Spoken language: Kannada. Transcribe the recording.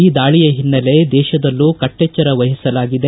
ಈ ದಾಳಿಯ ಹಿನ್ನೆಲೆ ದೇಶದಲ್ಲೂ ಕಟ್ಟೆಚ್ಚರ ವಹಿಸಲಾಗಿದೆ